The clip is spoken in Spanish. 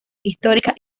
históricas